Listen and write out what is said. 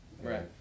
Right